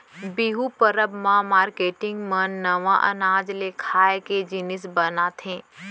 बिहू परब म मारकेटिंग मन नवा अनाज ले खाए के जिनिस बनाथे